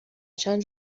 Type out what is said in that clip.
چند